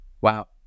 Wow